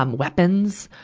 um weapons.